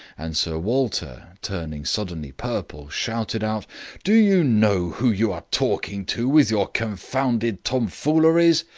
and sir walter, turning suddenly purple, shouted out do you know who you are talking to, with your confounded tomfooleries?